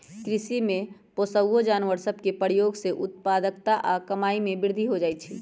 कृषि में पोअउऔ जानवर सभ के प्रयोग से उत्पादकता आऽ कमाइ में वृद्धि हो जाइ छइ